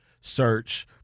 search